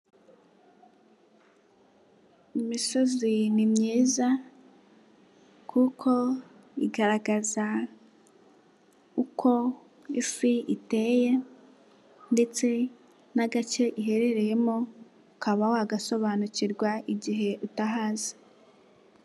Imisozi ni myiza kuko igaragaza uko ifi iteye, ndetse n'agace iherereyemo ukaba wagasobanukirwa igihe utahazi.